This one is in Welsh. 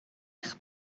eich